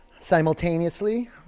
simultaneously